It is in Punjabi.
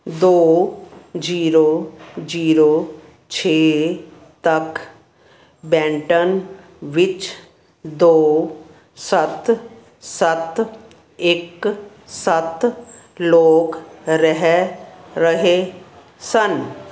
ਦੋ ਜੀਰੋ ਜੀਰੋ ਛੇ ਤੱਕ ਬੈਂਟਨ ਵਿੱਚ ਦੋ ਸੱਤ ਸੱਤ ਇੱਕ ਸੱਤ ਲੋਕ ਰਹਿ ਰਹੇ ਸਨ